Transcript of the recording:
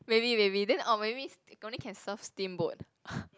maybe maybe then orh maybe only can serve steamboat